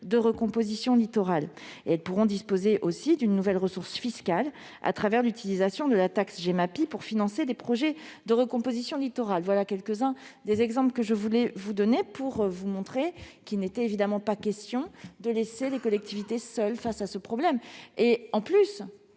de recomposition littorale. Elles pourront également disposer d'une nouvelle ressource fiscale, au travers de l'utilisation de la taxe Gemapi, afin de financer des projets de recomposition littorale. Voilà quelques-uns des exemples que je voulais vous donner pour vous montrer qu'il n'est évidemment pas question de laisser les collectivités seules face à ce problème. Enfin,